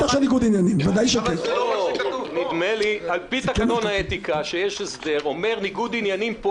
כשלא מתקיים דיון ענייני על